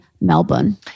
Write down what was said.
Melbourne